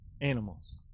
animals